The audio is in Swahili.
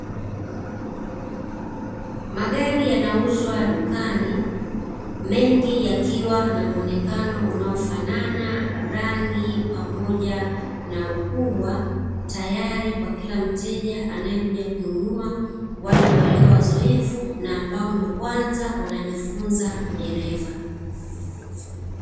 Magari yanauzwa dukani, mengi yakiwa na muonekano unaofanana rangi pamoja na ukubwa, tayari kwa kila mteja anayekuja kununua wale walio wazoefu na ambao ndo kwanza wanajifunza udereva.